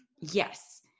Yes